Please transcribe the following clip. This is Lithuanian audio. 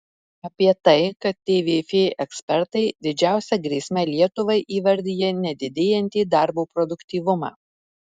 apie tai kad tvf ekspertai didžiausia grėsme lietuvai įvardija nedidėjantį darbo produktyvumą